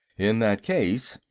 in that case,